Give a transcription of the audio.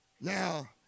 Now